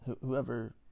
whoever